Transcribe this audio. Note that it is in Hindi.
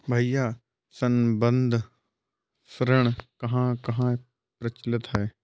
भैया संबंद्ध ऋण कहां कहां प्रचलित है?